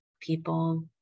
people